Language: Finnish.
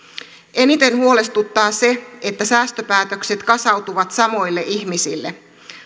eniten huolestuttaa se että säästöpäätökset kasautuvat samoille ihmisille